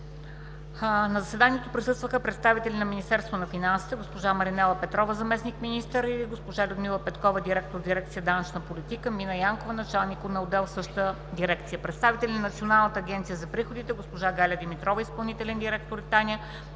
На заседанието присъстваха: представители на Министерството на финансите – Маринела Петрова заместник-министър на финансите, Людмила Петкова – директор на дирекция „Данъчна политика“, Мина Янкова – началник на отдел в същата дирекция; представители на Националната агенция за приходите – госпожа Галя Димитрова – изпълнителен директор, и Таня